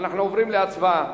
אנחנו עוברים להצבעה.